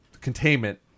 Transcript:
containment